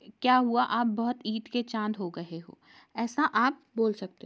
क्या हुआ आप बहुत ईद के चांद हो गए हो ऐसा आप बोल सकते हो